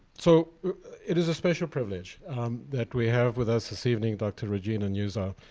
so it is a special privilege that we have with us this evening dr. regina nuzzo.